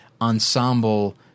ensemble